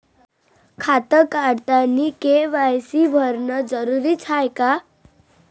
खातं काढतानी के.वाय.सी भरनं जरुरीच हाय का?